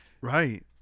Right